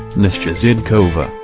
nastya zhidkova,